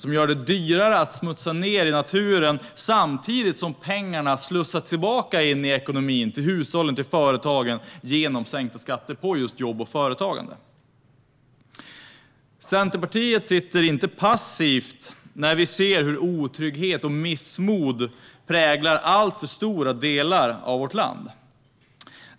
Den gör det dyrare att smutsa ned i naturen, samtidigt som pengarna slussas tillbaka in i ekonomin - till hushållen och företagen - genom sänkta skatter på just jobb och företagande. Vi i Centerpartiet sitter inte passiva när vi ser hur otrygghet och missmod präglar alltför stora delar av vårt land.